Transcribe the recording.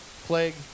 plague